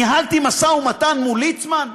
ניהלתי משא ומתן מול ליצמן,